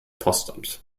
postamt